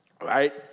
Right